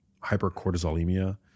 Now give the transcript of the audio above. hypercortisolemia